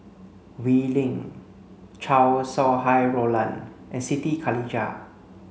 Wee Lin Chow Sau Hai Roland and Siti Khalijah